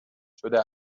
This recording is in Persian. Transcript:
شده